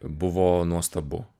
buvo nuostabu